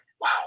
wow